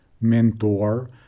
mentor